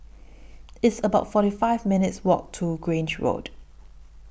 It's about forty five minutes' Walk to Grange Road